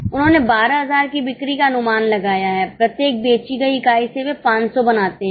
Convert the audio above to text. उन्होंने 12000 की बिक्री का अनुमान लगाया है प्रत्येक बेची गई इकाई से वे 500 बनाते हैं